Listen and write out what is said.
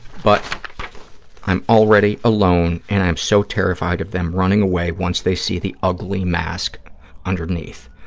but i'm already alone and i am so terrified of them running away once they see the ugly mask underneath.